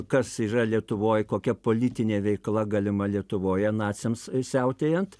kas yra lietuvoj kokia politinė veikla galima lietuvoje naciams siautėjant